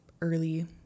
early